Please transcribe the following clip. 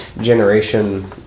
generation